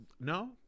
No